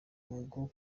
ubwo